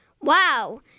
Wow